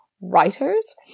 writers